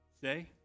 Say